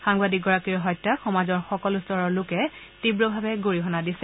সাংবাদিকগৰাকীৰ হত্যাক সমাজৰ সকলো স্তৰৰ লোকে তীৱভাৱে গৰিহণা দিছে